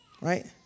right